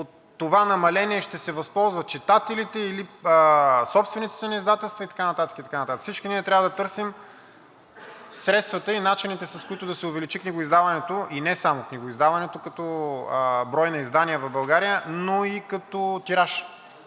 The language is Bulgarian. от това намаление ще се възползват читателите, или собствениците на издателства и така нататък, и така нататък. Всички ние трябва да търсим средствата и начините, с които да се увеличи книгоиздаването, и не само книгоиздаването като брой на издания в България, но и като тираж.